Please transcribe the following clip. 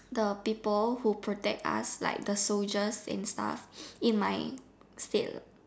the people who protect us like the soldiers and stuff in my state